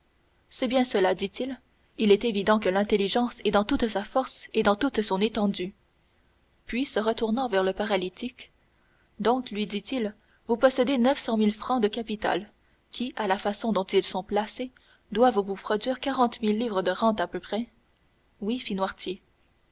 c'est bien cela dit-il il est évident que l'intelligence est dans toute sa force et dans toute son étendue puis se retournant vers le paralytique donc lui dit-il vous possédez neuf cent mille francs de capital qui à la façon dont ils sont placés doivent vous produire quarante mille livres de rente à peu près oui fit